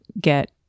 get